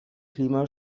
klima